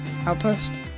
Outpost